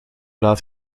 laat